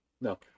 No